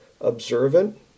observant